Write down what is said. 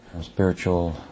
spiritual